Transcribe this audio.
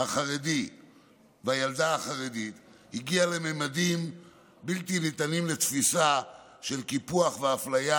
החרדי והילדה החרדית הגיע לממדים בלתי ניתנים לתפיסה של קיפוח ואפליה,